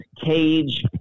Cage